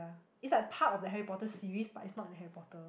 it's like part of the Harry-Potter series but it's not in Harry-Potter